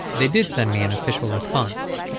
they did send me an official response